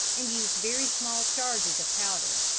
and used very small charges of powder.